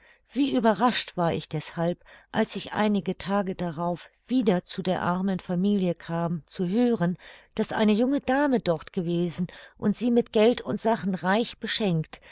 wie überrascht war ich deshalb als ich einige tage darauf wieder zu der armen familie kam zu hören daß eine junge dame dort gewesen und sie mit geld und sachen reich beschenkt